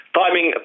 timing